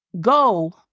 go